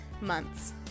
months